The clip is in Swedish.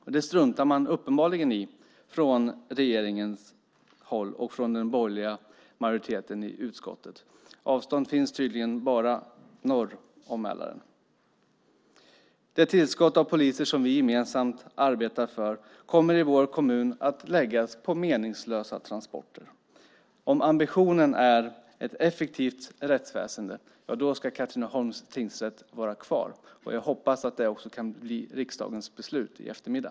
Men det struntar man uppenbarligen i från regeringens håll och från den borgerliga majoriteten i utskottet. Avstånd finns tydligen bara norr om Mälaren. Det tillskott av poliser som vi gemensamt arbetar för kommer i vår kommun att läggas på meningslösa transporter. Om ambitionen är ett effektivt rättsväsende då ska Katrineholms tingsrätt vara kvar, och jag hoppas att det också kan bli riksdagens beslut i eftermiddag.